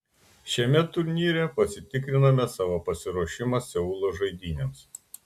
šiame turnyre pasitikriname savo pasiruošimą seulo žaidynėms